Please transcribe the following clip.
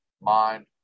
mind